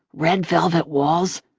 red velvet walls.